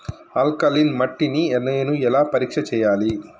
Alkaline మట్టి ని నేను ఎలా పరీక్ష చేయాలి?